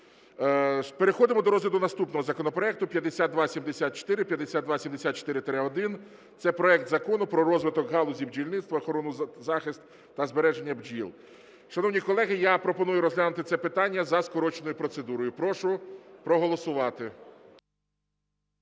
Переходимо до розгляду наступного законопроекту 5274, 5274-1, це проект Закону про розвиток галузі бджільництва, охорону, захист та збереження бджіл. Шановні колеги, я пропоную розглянути це питання за скороченою процедурою. Прошу проголосувати.